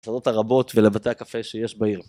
תודות לרבות ולבתי הקפה שיש בעיר.